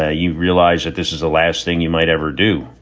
ah you realize that this is the last thing you might ever do.